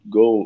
go